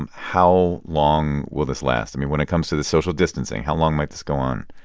um how long will this last? i mean, when it comes to the social distancing, how long might this go on?